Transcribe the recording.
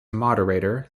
moderator